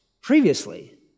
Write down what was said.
previously